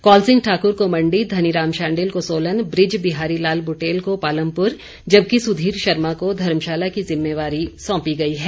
कौल सिंह ठाकुर को मण्डी धनीराम शांडिल को सोलन बृज बिहारी लाल बुटेल को पालमपुर जबकि सुधीर शर्मा को धर्मशाला की ज़िम्मेवारी सौंपी गई है